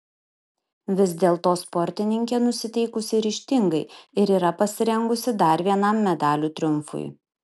vis dėlto sportininkė nusiteikusi ryžtingai ir yra pasirengusi dar vienam medalių triumfui